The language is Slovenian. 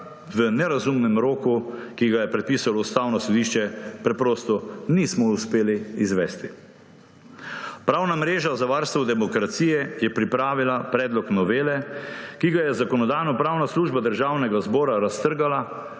v nerazumnem roku, ki ga je pripisalo Ustavno sodišče, preprosto nismo uspeli izvesti. Pravna mreža za varstvo demokracije je pripravila predlog novele, ki ga je Zakonodajno-pravna služba Državnega zbora raztrgala